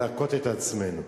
להכות את עצמנו?